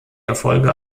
erfolge